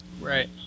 right